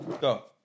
Go